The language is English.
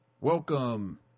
welcome